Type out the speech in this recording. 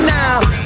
now